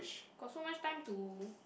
got so much time to